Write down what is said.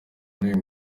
n’uyu